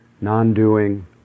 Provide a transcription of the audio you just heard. non-doing